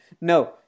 no